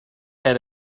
had